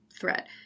threat